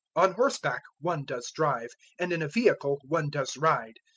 on horseback one does drive, and in a vehicle one does ride,